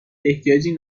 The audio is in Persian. احتیاجی